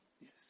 Yes